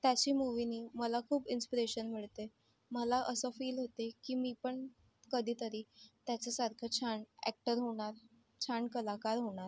त्याची मूव्हीनी मला खूप इन्स्पिरेशन मिळते मला असं फील होते की मी पण कधीतरी त्याच्यासारखं छान अॅक्टर होणार छान कलाकार होणार